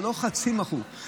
זה לא חצי מחוק.